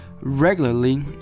regularly